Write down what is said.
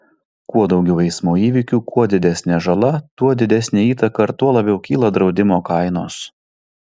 kuo daugiau eismo įvykių kuo didesnė žala tuo didesnė įtaka ir tuo labiau kyla draudimo kainos